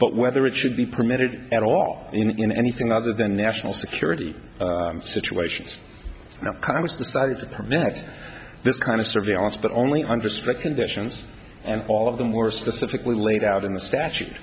but whether it should be permitted at all in anything other than national security situations you know how much decided to permit this kind of surveillance but only under strict conditions and all of them were specifically laid out in the statute